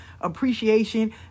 appreciation